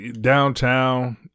downtown